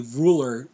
ruler